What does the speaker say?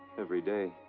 every day?